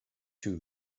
too